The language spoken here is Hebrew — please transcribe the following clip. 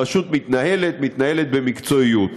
הרשות מתנהלת, מתנהלת במקצועיות.